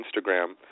Instagram